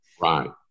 Right